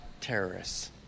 terrorists